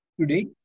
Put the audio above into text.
Today